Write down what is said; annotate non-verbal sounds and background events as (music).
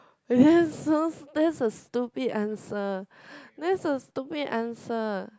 that's so (laughs) that's a stupid answer that's a stupid answer